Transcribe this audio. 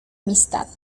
amistad